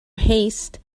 haste